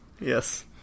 Yes